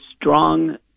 strong